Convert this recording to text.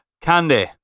Candy